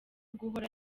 guhora